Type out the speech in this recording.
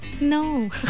No